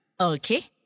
Okay